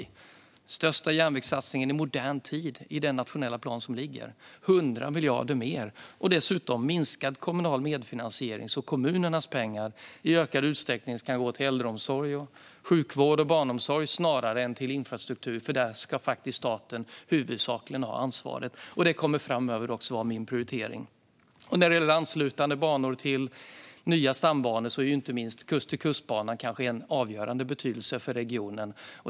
I den nationella plan som föreligger gör vi den största järnvägssatsningen i modern tid - 100 miljarder mer och dessutom minskad kommunal medfinansiering. Kommunernas pengar kan därmed i ökad utsträckning gå till äldreomsorg, sjukvård och barnomsorg snarare än till infrastruktur, där staten faktiskt huvudsakligen ska ha ansvaret. Det kommer framöver att vara min prioritering. När det gäller anslutande banor till nya stambanor är inte minst Kust-till-kust-banan kanske av avgörande betydelse för regionen.